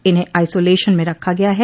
इन्हें आइसोलेशन में रखा गया है